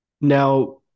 Now